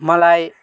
मलाई